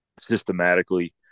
systematically